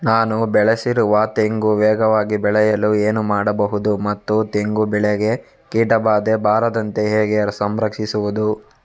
ನಾನು ಬೆಳೆಸಿರುವ ತೆಂಗು ವೇಗವಾಗಿ ಬೆಳೆಯಲು ಏನು ಮಾಡಬಹುದು ಮತ್ತು ತೆಂಗು ಬೆಳೆಗೆ ಕೀಟಬಾಧೆ ಬಾರದಂತೆ ಹೇಗೆ ಸಂರಕ್ಷಿಸುವುದು?